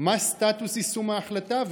3. מה סטטוס יישום ההחלטה?